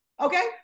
okay